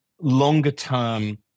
longer-term